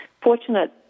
fortunate